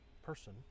person